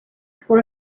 for